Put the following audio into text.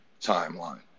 timeline